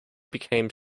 became